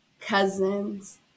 cousins